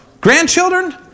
grandchildren